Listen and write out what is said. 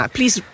Please